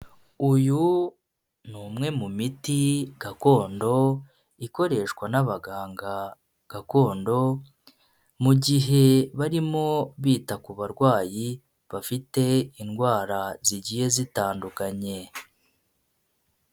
Uyu ni umwe mu miti gakondo ikoreshwa n'abaganga gakondo, mu gihe barimo bita ku barwayi bafite indwara zigiye zitandukanye.